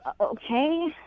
okay